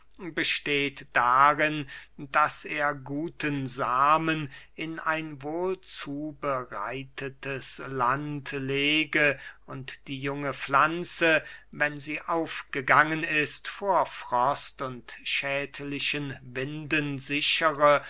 besteht darin daß er guten samen in ein wohlzubereitetes land lege und die junge pflanze wenn sie aufgegangen ist vor frost und schädlichen winden sichere